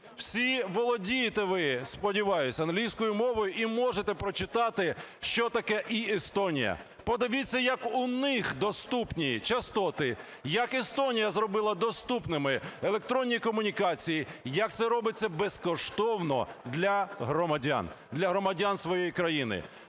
Всі володієте ви, сподіваюсь, англійською мовою і можете прочитати що таке e-Estonia. Подивіться як у них доступні частоти. Як Естонія зробила доступними електронні комунікації. Як це робиться безкоштовно для громадян, для громадян своєї країни.